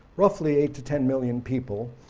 roughly eight to ten million people,